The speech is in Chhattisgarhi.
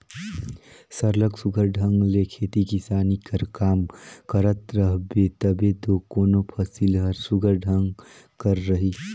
सरलग सुग्घर ढंग ले खेती किसानी कर काम करत रहबे तबे दो कोनो फसिल हर सुघर ढंग कर रही